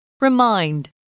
Remind